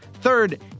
Third